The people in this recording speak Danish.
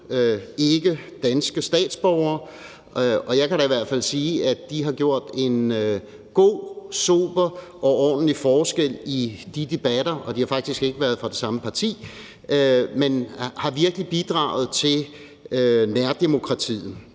ikkedanske statsborgere. Og jeg kan da i hvert fald sige, at de har gjort en god, sober og ordentlig forskel i de debatter. Og de har faktisk ikke været fra det samme parti. De har virkelig bidraget til nærdemokratiet.